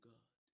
God